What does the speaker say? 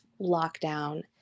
lockdown